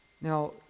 Now